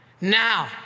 Now